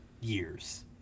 years